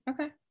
Okay